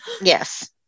yes